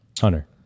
Hunter